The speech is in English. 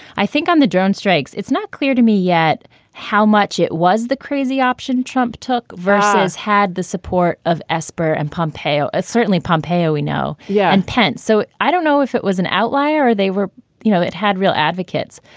i think on the drone strikes, it's not clear to me yet how much it was the crazy option trump took versus had the support of esper and pompei. certainly pompeo we know. yeah. and. so i don't know if it was an outlier or they were you know, it had real advocates.